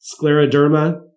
scleroderma